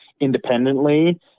independently